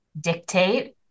dictate